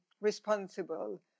responsible